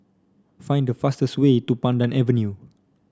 find the fastest way to Pandan Avenue